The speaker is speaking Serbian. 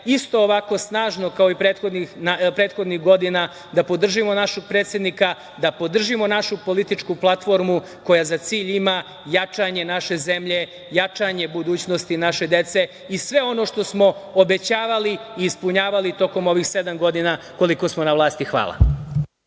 isto ovako snažno kao i prethodnih godina da podržimo našeg predsednika, da podržimo našu političku platformu koja za cilj ima jačanje naše zemlje, jačanje budućnosti naše dece i sve ono što smo obećavali i ispunjavali tokom ovih sedam godina, koliko smo na vlasti. Hvala.